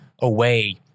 away